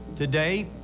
Today